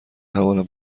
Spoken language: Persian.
توانم